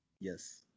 Yes